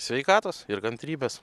sveikatos ir kantrybės